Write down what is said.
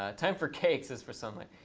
ah time for cakes, says forsunlight.